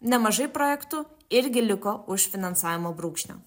nemažai projektų irgi liko už finansavimo brūkšnio